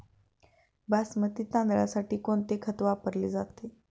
बासमती तांदळासाठी कोणते खत वापरले जाते?